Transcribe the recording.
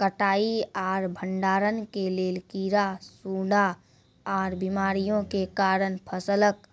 कटाई आर भंडारण के लेल कीड़ा, सूड़ा आर बीमारियों के कारण फसलक